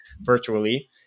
virtually